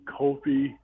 Kofi